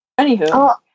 anywho